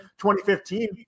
2015